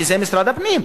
שזה משרד הפנים?